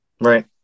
Right